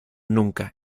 nunca